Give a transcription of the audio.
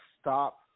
stop